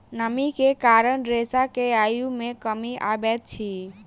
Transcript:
नमी के कारण रेशा के आयु मे कमी अबैत अछि